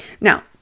Now